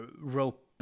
rope